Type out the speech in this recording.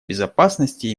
безопасности